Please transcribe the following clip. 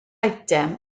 eitem